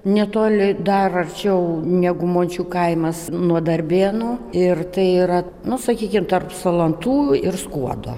netoli dar arčiau negu mončių kaimas nuo darbėnų ir tai yra nu sakykime tarp salantų ir skuodo